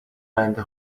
بنده